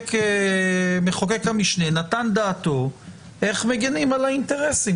שמחוקק המשנה נתן דעתו איך מגינים על האינטרסים